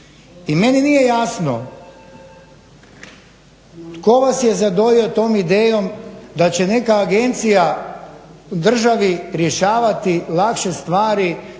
I meni nije jasno tko vas je zadojio tom idejom da će neka agencija u državi rješavati lakše stvari